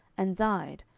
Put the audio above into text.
and died,